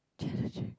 challenging